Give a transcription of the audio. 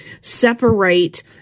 separate